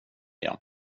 jag